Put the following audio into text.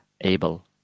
able